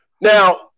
now